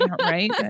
right